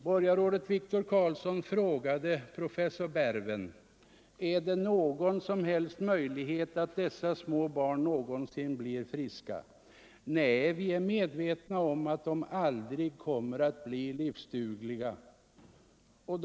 Borgarrådet Wictor Karlsson frågade professor Berven om det fanns någon som helst möjlighet att dessa små barn någonsin kunde bli friska. ”Nej, vi är medvetna om att de aldrig kommer att bli livsdugliga”, svarade professor Berven.